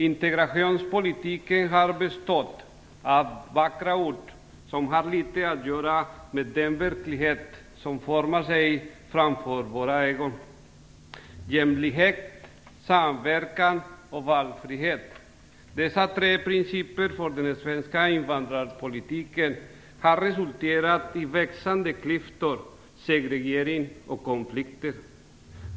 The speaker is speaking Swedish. Integrationspolitiken har bestått av vackra ord som har litet att göra med den verklighet som formar sig inför våra ögon. Jämlikhet, samverkan och valfrihet, dessa tre principer för den svenska invandrarpolitiken har resulterat i växande klyftor, segregering och konflikter.